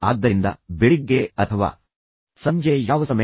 ಆದ್ದರಿಂದ ಬೆಳಿಗ್ಗೆ ಅಥವಾ ಸಂಜೆ ಯಾವ ಸಮಯ